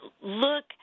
look